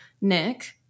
Nick